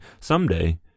someday